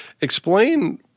Explain